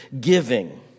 giving